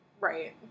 Right